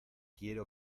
quiero